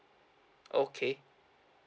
okay